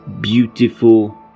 beautiful